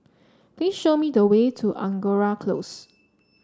please show me the way to Angora Close